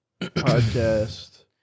podcast